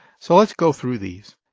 so let's go through these.